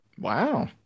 Wow